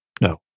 No